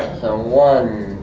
so one,